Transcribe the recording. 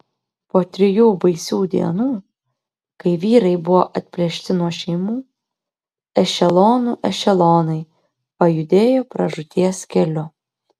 po trijų baisių dienų kai vyrai buvo atplėšti nuo šeimų ešelonų ešelonai pajudėjo pražūties keliu